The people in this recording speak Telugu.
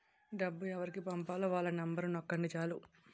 డబ్బు ఎవరికి పంపాలో వాళ్ళ నెంబరు నొక్కండి చాలు